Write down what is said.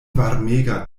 varmega